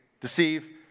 Deceive